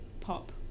pop